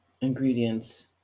Ingredients